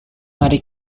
mari